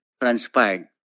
transpired